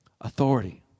Authority